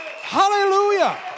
Hallelujah